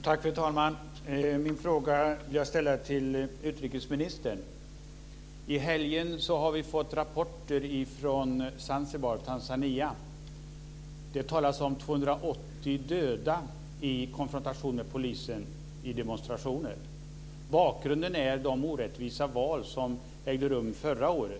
Fru talman! Min fråga vill jag ställa till utrikesministern. I helgen har vi fått rapporter från Zanzibar och Tanzania. Det talas om 280 döda i konfrontation med polisen i demonstrationer. Bakgrunden är de orättvisa val som ägde rum förra året.